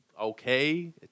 okay